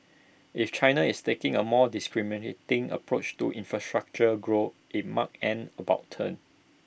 if China is taking A more discriminating approach to infrastructure grow IT marks an about turn